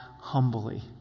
humbly